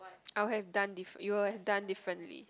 I would have done diff~ you would have done differently